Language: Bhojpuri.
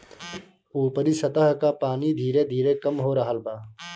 ऊपरी सतह कअ पानी धीरे धीरे कम हो रहल बा